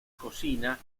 cocina